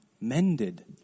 mended